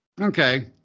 Okay